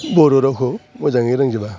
बर' रावखौ मोजाङै रोंजोबा